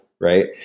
Right